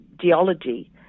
geology